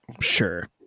Sure